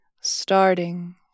starting